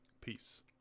Peace